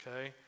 okay